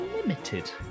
limited